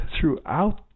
throughout